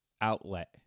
outlet